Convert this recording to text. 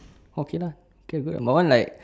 okay lah K good my one like